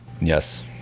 Yes